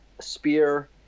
Spear